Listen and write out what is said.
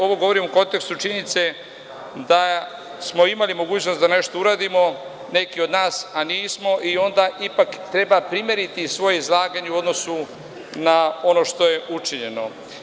Ovo govorim u kontekstu činjenice da smo imali mogućnost da nešto uradimo neki od nas, a nismo i onda ipak treba primeriti svoje izlaganje u odnosu na ono što je učinjeno.